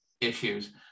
issues